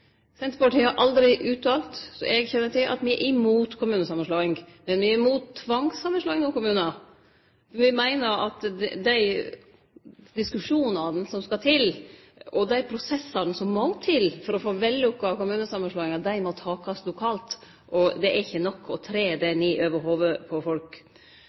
Senterpartiet har aldri uttalt, som eg kjenner til, at me er imot kommunesamanslåing, men me er imot tvangssamanslåing av kommunar. Me meiner at dei diskusjonane som skal til, og dei prosessane som må til, for å få vellukka kommunesamanslåingar, må takast lokalt. Det er ikkje nok å tre dei ned over hovudet på folk.